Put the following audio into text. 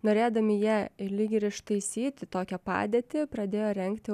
norėdami jie lyg ir ištaisyti tokią padėtį pradėjo rengti